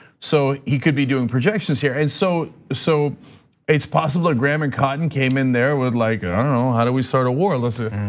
so he could be doing projections here and so so it's possible granted, cotton came in there with like, i don't know, how do we start a war? listen,